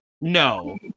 no